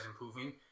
improving